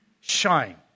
shine